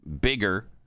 bigger